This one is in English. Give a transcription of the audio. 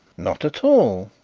not at all.